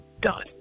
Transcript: done